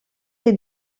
les